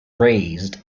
raised